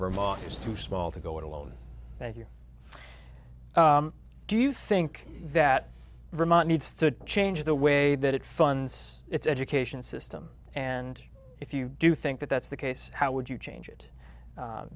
vermont was too small to go it alone thank you do you think that vermont needs to change the way that it funds its education system and if you do think that that's the case how would you change it